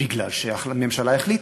כי הממשלה החליטה,